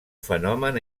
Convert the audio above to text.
fenomen